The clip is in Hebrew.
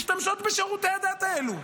משתמשות בשירותי הדת האלו.